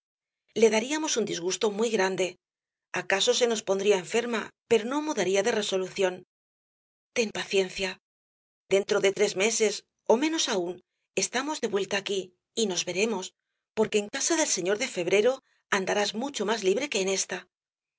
le daríamos un disgusto muy grande acaso se nos pondría enferma pero no mudaría de resolución ten paciencia dentro de tres meses ó menos aún estamos de vuelta aquí y nos veremos porque en casa del señor de febrero andarás mucho más libre que en ésta ya